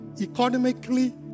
economically